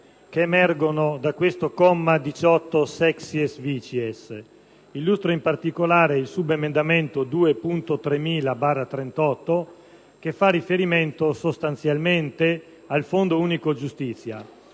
che emerge dal comma 18-*sexiesvicies*. Illustro in particolare il subemendamento 2.3000 (testo 3)/38, che fa riferimento sostanzialmente al Fondo unico giustizia.